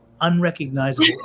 unrecognizable